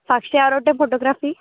Sakshi Arote photography